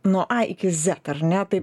nuo a iki z ar ne taip